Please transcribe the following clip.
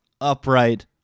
upright